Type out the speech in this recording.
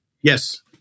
Yes